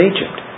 Egypt